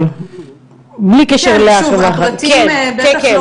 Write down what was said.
בלי קשר לחברה החרדית.